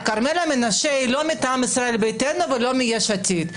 כרמלה מנשה היא לא מטעם ישראל ביתנו ולא מיש עתיד.